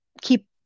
keep